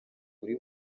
uri